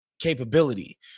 capability